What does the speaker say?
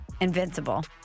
Invincible